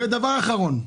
דבר אחרון.